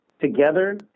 together